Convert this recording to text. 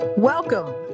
Welcome